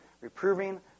Reproving